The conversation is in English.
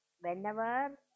whenever